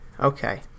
Okay